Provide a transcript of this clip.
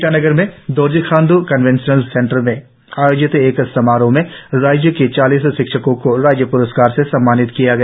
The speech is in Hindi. ईटानगर में दोरजी खांड् कनवेंशन सेंटर में आयोजित एक समारोह में राज्य के चालीस शिक्षकों को राज्य प्रस्कार से सम्मानित किया गया